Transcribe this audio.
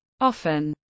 often